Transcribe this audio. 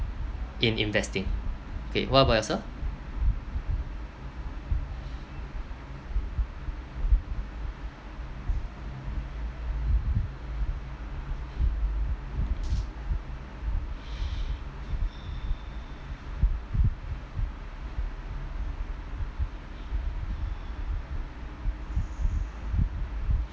in investing okay what about yourself